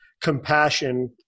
compassion